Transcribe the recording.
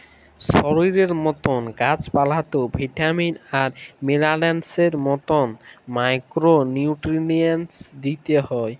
শরীরের মতল গাহাচ পালাতেও ভিটামিল আর মিলারেলসের মতল মাইক্রো লিউট্রিয়েল্টস দিইতে হ্যয়